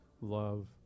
love